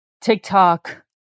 TikTok